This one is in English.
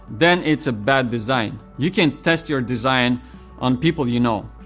then it's a bad design. you can test your design on people you know.